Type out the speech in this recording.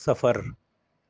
سفر